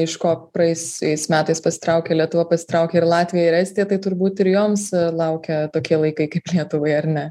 iš ko praėjusiais metais pasitraukė lietuva pasitraukė ir latvija ir estija tai turbūt ir joms laukia tokie laikai kaip lietuvoje ar ne